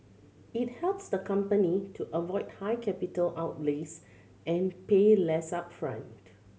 it helps the company to avoid high capital outlays and pay less upfront